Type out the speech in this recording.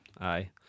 Aye